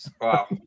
Wow